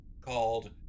called